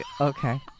Okay